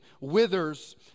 withers